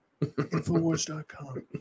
Infowars.com